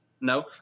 no